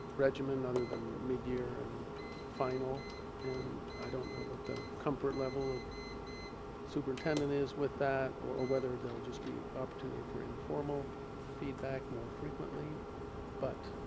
regimen other than mid-year and final and i don't know what the comfort level of superintendent is with that or whether there'll just be opportunity for informal feedback more frequently but